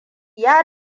ya